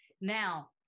Now